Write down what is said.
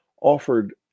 offered